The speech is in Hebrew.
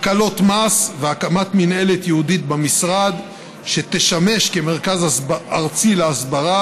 הקלות מס והקמת מינהלת ייעודית במשרד שתשמש כמרכז ארצי להסברה